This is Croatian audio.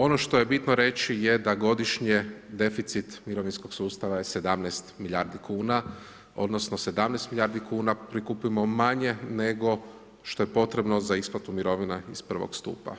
Ono što je bitno reći je da godišnje deficit mirovinskog sustava je 17 milijardi kuna odnosno 17 milijardi kuna prikupimo manje nego što je potrebno za isplatu mirovina iz prvog stupa.